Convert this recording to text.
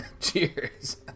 Cheers